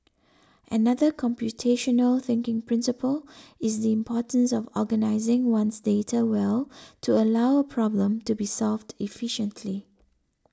another computational thinking principle is the importance of organising one's data well to allow a problem to be solved efficiently